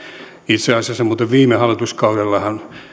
itse asiassa muuten viime hallituskaudellahan